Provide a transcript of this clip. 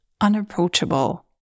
unapproachable